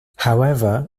however